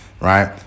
Right